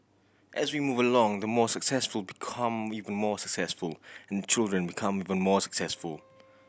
as we move along the more successful become even more successful and children become even more successful